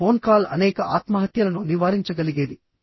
ఒక phone call అనేక ఆత్మహత్యలను నివారించగలిగేది